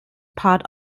part